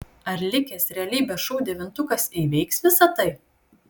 ar likęs realybės šou devintukas įveiks visa tai